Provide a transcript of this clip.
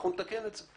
אנחנו נתקן את זה.